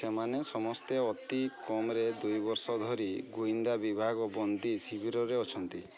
ସେମାନେ ସମସ୍ତେ ଅତି କମ୍ରେ ଦୁଇ ବର୍ଷ ଧରି ଗୁଇନ୍ଦା ବିଭାଗ ବନ୍ଦୀ ଶିବିରରେ ଅଛନ୍ତି